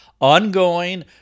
Ongoing